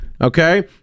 okay